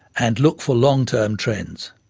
and look for long term trends.